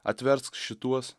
atversk šituos